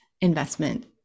investment